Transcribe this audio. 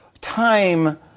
time